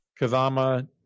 Kazama